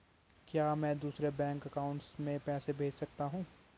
क्या मैं दूसरे बैंक अकाउंट में पैसे भेज सकता हूँ?